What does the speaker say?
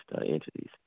entities